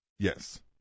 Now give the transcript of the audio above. Yes